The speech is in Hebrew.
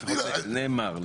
נאמר.